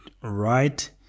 right